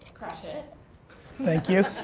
crush it thank you.